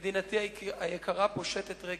מדינתי היקרה פושטת רגל.